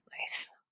Nice